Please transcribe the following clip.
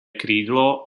krídlo